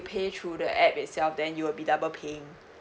pay through the app itself then you'll be double paying